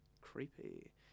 Creepy